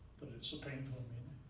but it's a painful meaning.